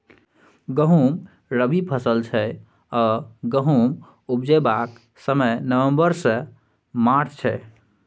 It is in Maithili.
गहुँम रबी फसल छै आ गहुम उपजेबाक समय नबंबर सँ मार्च छै